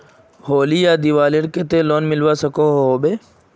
होली या दिवालीर केते लोन मिलवा सकोहो होबे?